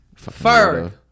Ferg